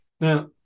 Now